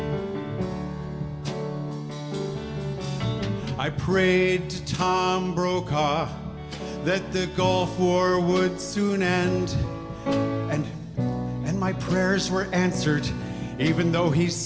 to me i prayed to tom brokaw's that the gulf war would soon and and and my prayers were answered even though he's